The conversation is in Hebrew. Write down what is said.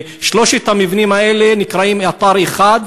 ושלושת המבנים האלה נקראים אתר אחד.